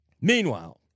meanwhile